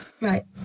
right